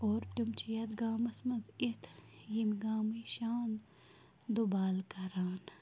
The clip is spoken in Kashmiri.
اور تِم چھِ یَتھ گامَس منٛز یِتھ ییٚمہِ گامٕچ شان دوٚبال کَران